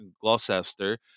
Gloucester